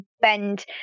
bend